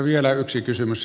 vielä yksi kysymys